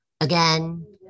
again